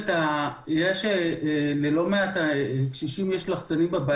יש ללא מעט קשישים לחצנים בבית.